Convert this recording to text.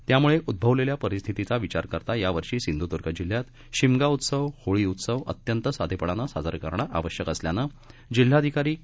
त्यामुळे उड्रवलेल्या परिस्थितीचा विचार करता यावर्षी सिंधुदुर्ग जिल्ह्यात शिमगा उत्सव होळी उत्सव अत्यंत साधेपणानं साजरा करणं आवश्यक असल्यानं जिल्हाधिकारी के